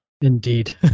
Indeed